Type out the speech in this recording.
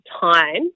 time